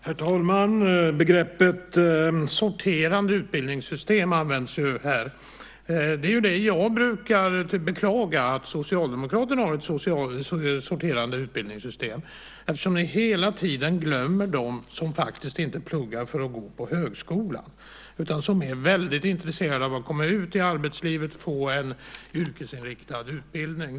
Herr talman! Begreppet "sorterande utbildningssystem" används här. Det är ju det som jag brukar beklaga, att Socialdemokraterna har ett sorterande utbildningssystem. Ni glömmer hela tiden dem som faktiskt inte pluggar för att gå på högskolan utan som är väldigt intresserade av att komma ut i arbetslivet och få en yrkesinriktad utbildning.